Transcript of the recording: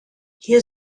hier